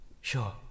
Sure